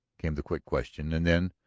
came the quick question. and then,